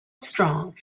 strong